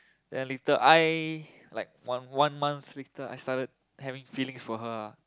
then later I like one one month later I started having feelings for her ah